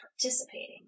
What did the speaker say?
participating